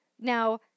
Now